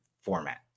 format